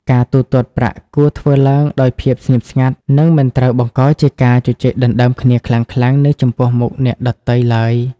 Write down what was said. ការទូទាត់ប្រាក់គួរធ្វើឡើងដោយភាពស្ងៀមស្ងាត់ និងមិនត្រូវបង្កជាការជជែកដណ្ដើមគ្នាខ្លាំងៗនៅចំពោះមុខអ្នកដទៃឡើយ។